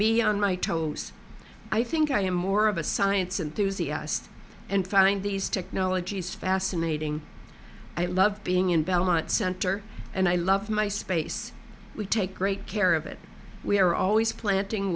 me on my toes i think i am more of a science and doozie asked and find these technologies fascinating i love being in belmont center and i love my space we take great care of it we are always planting